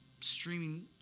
streaming